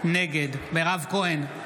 נגד מירב כהן,